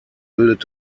bildet